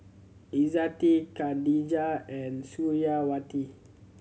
Izzati Khadija and Suriawati